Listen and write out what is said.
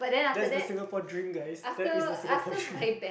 that's the Singapore dream guys that is the Singapore dream